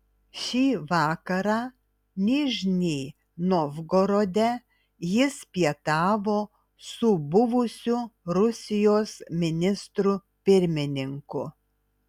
šį vakarą nižnij novgorode jis pietavo su buvusiu rusijos ministru pirmininku